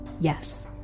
Yes